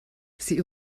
sie